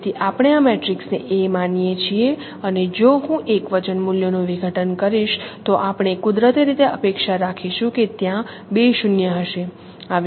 તેથી આપણે આ મેટ્રિક્સને A માનીએ છીએ અને જો હું એકવચન મૂલ્યનું વિઘટન કરીશ તો આપણે કુદરતી રીતે અપેક્ષા રાખીશું કે ત્યાં બે 0 હશે